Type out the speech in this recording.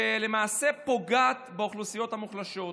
שלמעשה פוגעת באוכלוסיות המוחלשות.